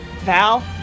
Val